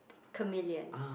chameleon